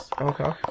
okay